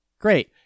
Great